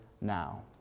now